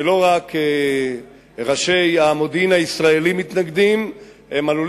שלא רק ראשי המודיעין הישראלי מתנגדים להן,